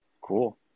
cool